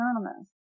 Anonymous